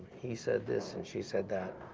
he said this, and she said that,